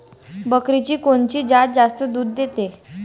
बकरीची कोनची जात जास्त दूध देते?